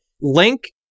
Link